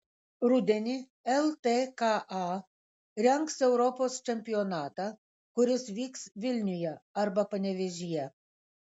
rudenį ltka rengs europos čempionatą kuris vyks vilniuje arba panevėžyje